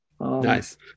Nice